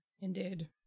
Indeed